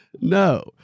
No